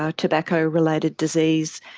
ah tobacco-related disease,